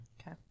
Okay